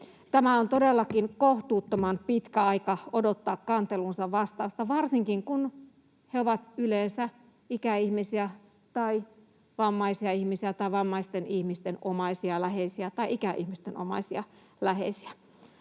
Tämä on todellakin kohtuuttoman pitkä aika odottaa kanteluunsa vastausta — varsinkin kun he ovat yleensä ikäihmisiä tai vammaisia ihmisiä tai vammaisten ihmisten omaisia, läheisiä, tai ikäihmisten omaisia, läheisiä.